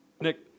Nick